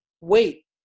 wait